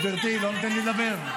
גברתי, היא לא נותנת לי לדבר.